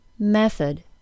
method